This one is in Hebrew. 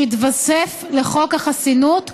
שיתווסף לחוק החסינות,